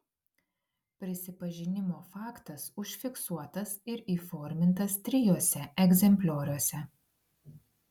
prisipažinimo faktas užfiksuotas ir įformintas trijuose egzemplioriuose